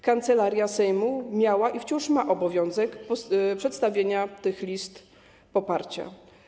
Kancelaria Sejmu miała i wciąż ma obowiązek przedstawienia tych list poparcia.